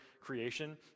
creation